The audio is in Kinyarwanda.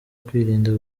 kwirinda